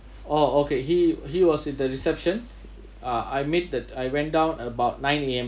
oh okay he he was at the reception ah I met the I went down about nine A_M